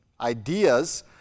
ideas